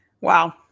Wow